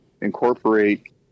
Incorporate